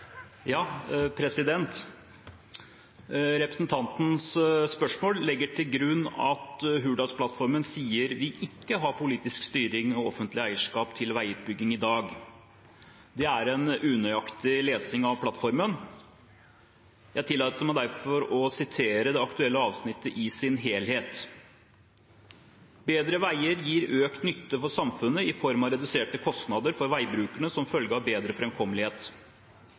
unøyaktig lesing av plattformen. Jeg tillater meg derfor å sitere det aktuelle avsnittet i sin helhet: «Bedre veier gir økt nytte for samfunnet i form av reduserte kostnader for veibrukerne som følge av bedre fremkommelighet.